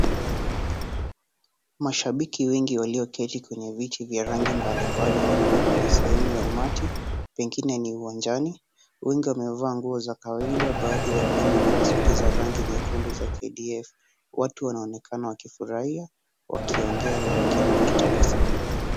Mashabiki wengi waliyo keti kwenye viti vya rangi mbalimbali wakiwa kwenye sehemu ya umati pengine ni uwanjani. Wengi wakiwa wamevaa nguo za kawaida baadhi wakiwa wamevaa suti za rangi nyekundu za k d f. Watu wanaonekana wakifurahia, wakiongea na wengine wakitabasamu .